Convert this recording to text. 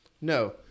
No